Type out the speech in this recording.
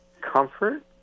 comfort